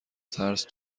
ترس